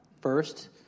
first